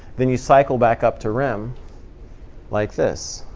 then you cycle back up to rem like this.